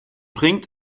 bringt